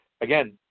again